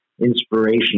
inspiration